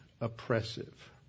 oppressive